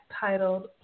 titled